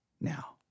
now